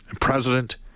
president